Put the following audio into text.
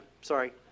sorry